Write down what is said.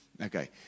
okay